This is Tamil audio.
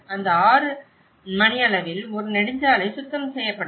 அந்த 6 மணியளவில் ஒரு நெடுஞ்சாலை சுத்தம் செய்யப்படும்